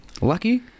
lucky